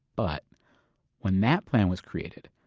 but when that plan was created,